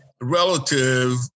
relative